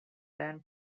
then